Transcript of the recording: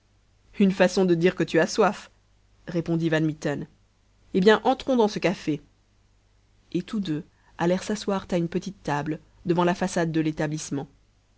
une façon de dire que tu as soif répondit van mitten eh bien entrons dans ce café et tous deux allèrent s'asseoir à une petite table devant la façade de l'établissement